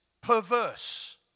perverse